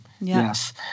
Yes